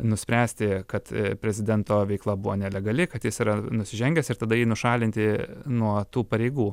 nuspręsti kad prezidento veikla buvo nelegali kad jis yra nusižengęs ir tada jį nušalinti nuo tų pareigų